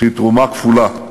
שהיא תרומה כפולה: